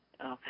Okay